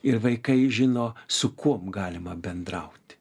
ir vaikai žino su kuom galima bendrauti